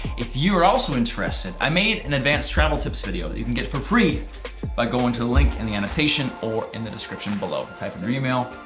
if you're also interested, i made an advanced travel tips video that you can get for free by going to the link in the annotation or in the description below. type in your email,